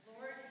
Lord